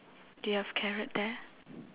do you have carrot there